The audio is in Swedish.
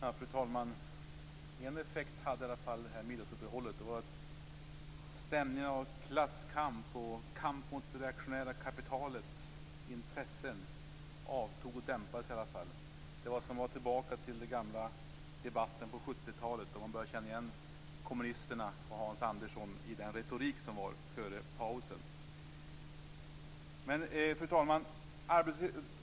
Fru talman! En effekt hade i alla fall middagsuppehållet, att stämningen av klasskamp och kamp mot det reaktionära kapitalets intressen avtog och dämpades. Det var som att komma tillbaka till den gamla debatten på 70-talet när man började känna igen kommunisterna och Hans Andersson i den retorik som var före pausen. Fru talman!